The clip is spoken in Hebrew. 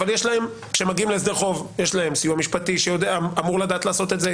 אבל כשהם מגיעים להסדר חוב יש להם סיוע משפטי שאמור לדעת לעשות את זה,